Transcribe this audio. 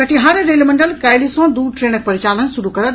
Katihar rail मंडल काल्हि सँ दू ट्रेनक परिचालन शुरू करत